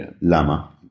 Lama